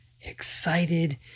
excited